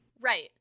right